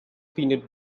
peanut